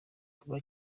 kuba